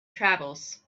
travels